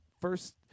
First